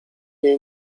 jej